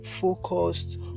focused